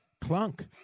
clunk